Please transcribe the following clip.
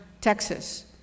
Texas